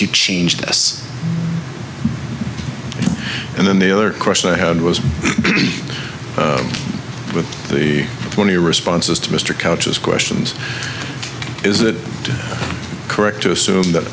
to change this and then the other question i had was with the twenty responses to mr couch as questions is it correct to assume that